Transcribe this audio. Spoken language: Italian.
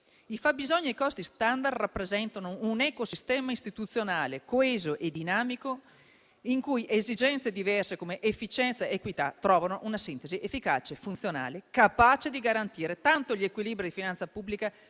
fabbisogni e costi *standard* rappresentano un ecosistema istituzionale coeso e dinamico in cui esigenze diverse come efficienza e equità trovano una sintesi efficace e funzionale, capace di garantire tanto gli equilibri di finanza pubblica